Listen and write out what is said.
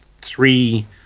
three